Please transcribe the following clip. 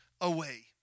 away